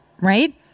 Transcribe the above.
right